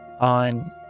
on